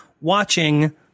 watching